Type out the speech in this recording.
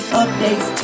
updates